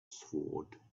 sword